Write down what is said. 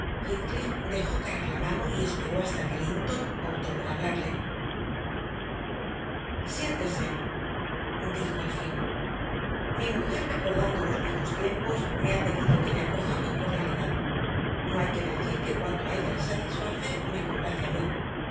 dejó caer la mano y esperó hasta que linton optó por hablarle siéntese dijo al fin mi mujer recordando los viejos tiempos me ha pedido que le acoja con cordialidad no hay que decir que cuanto a ella la satisface me complace a mí